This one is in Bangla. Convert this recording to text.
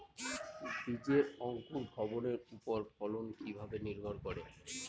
বীজের অঙ্কুর ভবনের ওপর ফলন কিভাবে নির্ভর করে?